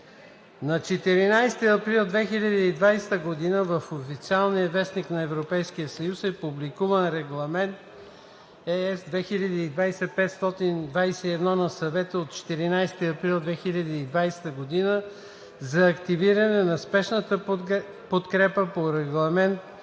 На 14 април 2020 г. в „Официалния вестник“ на Европейския съюз е публикуван Регламент (EС) 2020/521 на Съвета от 14 април 2020 г. за активиране на спешната подкрепа по Регламент